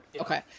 okay